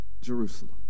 Jerusalem